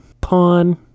pawn